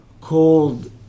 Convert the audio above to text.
called